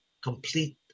complete